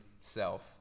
self